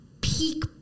peak